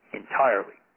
entirely